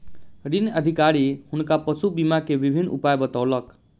ऋण अधिकारी हुनका पशु बीमा के विभिन्न उपाय बतौलक